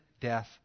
death